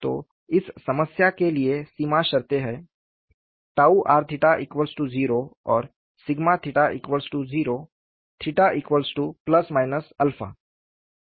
तो इस समस्या के लिए सीमा शर्तें हैं r0 और 0 𝜭±𝜶